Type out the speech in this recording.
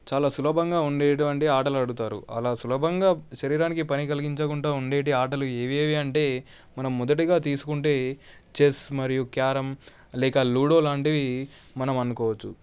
చాలా సులభంగా ఉండేటువంటి ఆటలు ఆడుతారు అలా సులభంగా శరీరానికి పని కలిగించకుండా ఉండేటి ఆటలు ఏవేవి అంటే మనం మొదటగా తీసుకుంటే చెస్ మరియు క్యారం లేక లూడో లాంటివి మనం అనుకోవచ్చు